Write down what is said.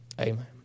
amen